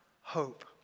hope